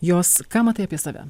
jos ką matai apie save